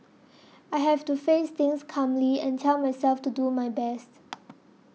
I have to face things calmly and tell myself to do my best